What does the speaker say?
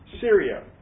Syria